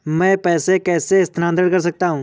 मैं पैसे कैसे स्थानांतरण कर सकता हूँ?